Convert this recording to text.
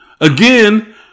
Again